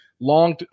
long